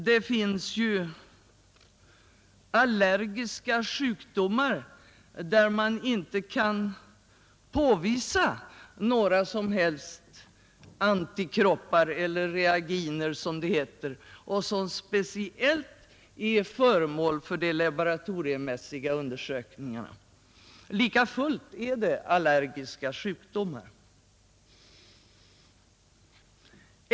Det finns dock allergiska sjukdomar där man inte kan påvisa några som helst antikroppar eller reaginer, som det heter, och som speciellt är föremål för de laboratoriemässiga undersökningarna. Likafullt är de allergiska sjukdomar.